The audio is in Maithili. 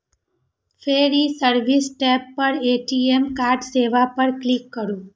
फेर ई सर्विस टैब पर ए.टी.एम कार्ड सेवा पर क्लिक करू